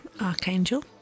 Archangel